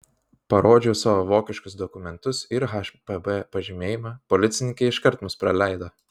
parodžiau savo vokiškus dokumentus ir hpb pažymėjimą policininkai iškart mus praleido